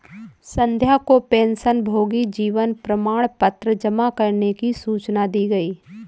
संध्या को पेंशनभोगी जीवन प्रमाण पत्र जमा करने की सूचना दी गई